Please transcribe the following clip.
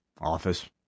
office